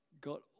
got